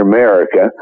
America